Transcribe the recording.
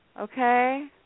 Okay